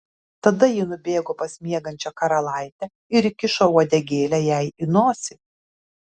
tada ji nubėgo pas miegančią karalaitę ir įkišo uodegėlę jai į nosį